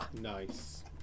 Nice